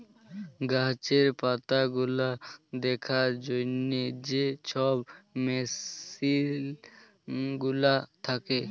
গাহাচের পাতাগুলা দ্যাখার জ্যনহে যে ছব মেসিল গুলা থ্যাকে